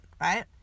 right